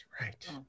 right